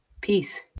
Peace